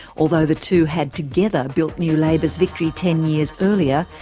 although the two had together built new labour's victory ten years earlier,